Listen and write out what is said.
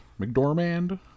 McDormand